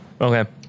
Okay